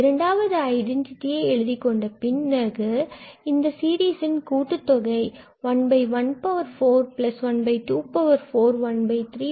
இரண்டாவது ஐடென்டிட்டியை எழுதிக் கொண்ட பிறகு இதன் சீரிசின் கூட்டுத்தொகை 114124134